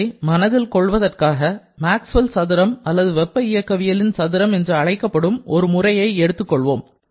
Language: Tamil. இவற்றை மனதில் கொள்வதற்காக மேக்ஸ்வெல்லின் சதுரம் அல்லது வெப்ப இயக்கவியலின் சதுரம் என்று அழைக்கப்படும் ஒரு முறையை எடுத்துக் கொள்வோம்